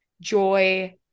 joy